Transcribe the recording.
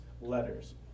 letters